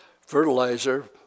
fertilizer